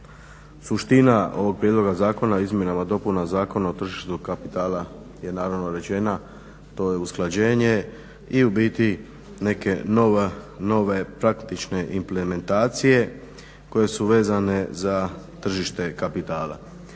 suština ovog Prijedloga zakona o izmjenama i dopunama Zakona o tržištu kapitala je naravno rečena, to je usklađenje i u biti neke nove praktične implementacije koje su vezane za tržište kapitala.